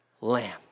Lamb